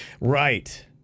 Right